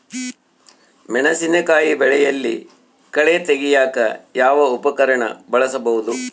ಮೆಣಸಿನಕಾಯಿ ಬೆಳೆಯಲ್ಲಿ ಕಳೆ ತೆಗಿಯಾಕ ಯಾವ ಉಪಕರಣ ಬಳಸಬಹುದು?